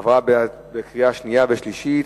עבר בקריאה שנייה ושלישית,